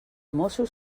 mossos